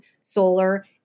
solar